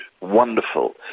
wonderful